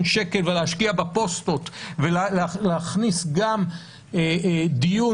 שקל ולהשקיע בפוסטות ולהכניס גם דיון